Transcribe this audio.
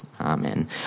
Amen